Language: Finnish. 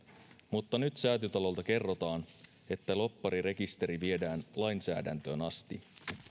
mutta nyt säätytalolta kerrotaan että lobbarirekisteri viedään lainsäädäntöön asti